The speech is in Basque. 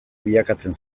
bilakatzen